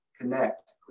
connect